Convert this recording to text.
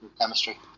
chemistry